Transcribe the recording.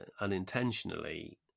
unintentionally